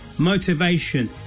motivation